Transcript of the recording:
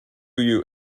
you